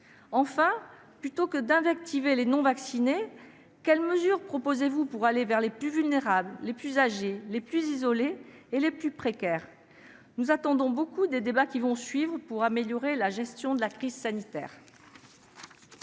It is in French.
Enfin, au lieu d'invectiver les non-vaccinés, quelles mesures proposez-vous pour aller vers les plus vulnérables, les plus âgés, les plus isolés et les plus précaires ? Nous attendons beaucoup des débats qui vont suivre pour améliorer la gestion de la crise sanitaire.